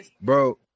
Bro